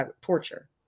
torture